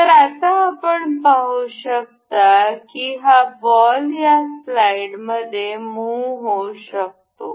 तर आता आपण पाहू शकता की हा बॉल या स्लाइडमध्ये मुह होऊ शकतो